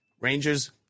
Rangers